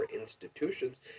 institutions